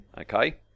Okay